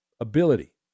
Ability